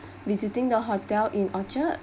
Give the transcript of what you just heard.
visiting the hotel in orchard